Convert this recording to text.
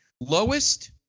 Lowest